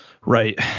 Right